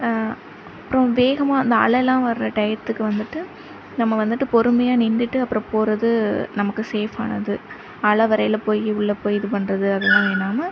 அப்பறம் வேகமாக வந்து அலைலாம் வர்ற டையத்துக்கு வந்துவிட்டு நம்ம வந்துவிட்டு பொறுமையாக நின்னுகிட்டு அப்பறம் போவது நமக்கு சேஃப் ஆனது அலை வரையில் போய் உள்ளே போய் இது பண்ணுறது அதலாம் பண்ணாமல்